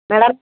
madam